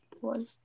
one